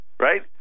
Right